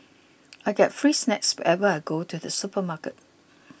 I get free snacks whenever I go to the supermarket